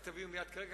רק תביאו מייד כרגע,